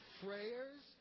prayers